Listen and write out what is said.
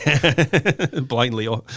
Blindly